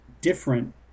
different